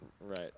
Right